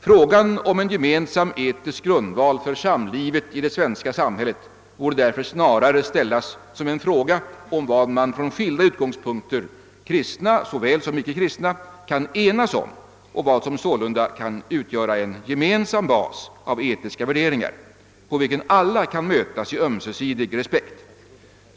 Frågan om en gemensam etisk grundval för samlivet i det svenska samhället borde därför snarare ställas som en fråga om vad man från skilda utgångspunkter, kristna såväl som ickekristna, kan enas om och vad som sålunda kan utgöra en gemensam bas av etiska värderingar, på vilken alla kan mötas i ömsesidig respekt.